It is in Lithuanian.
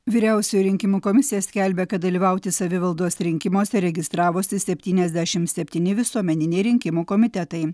vyriausioji rinkimų komisija skelbia kad dalyvauti savivaldos rinkimuose registravosi septyniasdešimt septyni visuomeniniai rinkimų komitetai